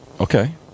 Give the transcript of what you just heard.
Okay